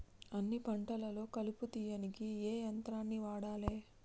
అన్ని పంటలలో కలుపు తీయనీకి ఏ యంత్రాన్ని వాడాలే?